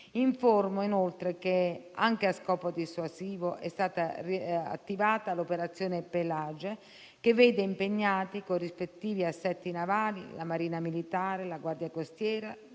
Informo, inoltre, che, anche a scopo dissuasivo, è stata attivata l'operazione Pelagie, che vede impegnati, con i rispettivi assetti navali, la Marina militare, la Guardia costiera